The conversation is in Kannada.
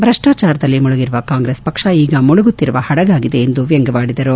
ಭ್ರಷ್ಲಾಚಾರದಲ್ಲಿ ಮುಳುಗಿದ್ದ ಕಾಂಗ್ರೆಸ್ ಪಕ್ಷ ಈಗ ಮುಳುಗುತ್ತಿರುವ ಪಡಗಾಗಿದೆ ಎಂದು ವ್ಯಂಗ್ಲವಾಡಿದರು